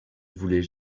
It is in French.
voulait